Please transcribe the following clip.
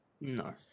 No